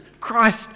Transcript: Christ